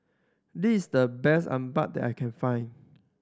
this is the best appam that I can find